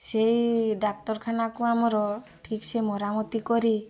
ସେଇ ଡାକ୍ତରଖାନା କୁ ଆମର ଠିକ୍ ସେ ମରାମତି କରି